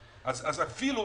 שאז זה התחיל,